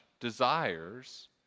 desires